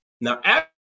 Now